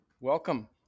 Welcome